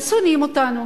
הם שונאים אותנו.